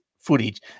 footage